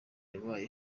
yabaye